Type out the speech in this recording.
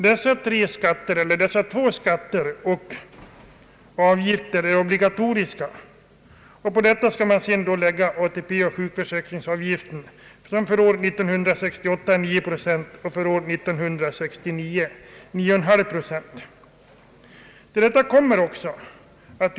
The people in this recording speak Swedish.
Dessa två skatter och denna avgift är obligatoriska, och till dem skall man således lägga ATP och sjukförsäkringsavgiften, som för år 1968 var 9 procent och år 1969 är uppe i 9,5 procent.